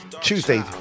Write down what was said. Tuesday